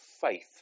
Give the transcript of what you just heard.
faith